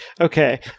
Okay